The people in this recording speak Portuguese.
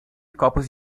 copos